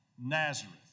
Nazareth